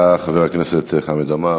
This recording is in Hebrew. תודה, חבר הכנסת חמד עמאר.